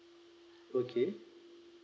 okay